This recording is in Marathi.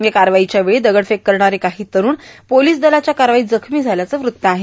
या कारवाईच्या वेळी दगडफेक करणारे काही तरूण पोलीस दलाच्या कारवाईत जखमी झाल्याचं वृत्त आहे